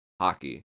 hockey